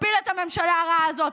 נפיל את הממשלה הרעה הזאת,